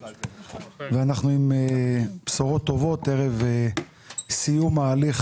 ואנחנו עם בשורות טובות ערב סיום ההליך